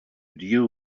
deal